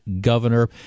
governor